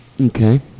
Okay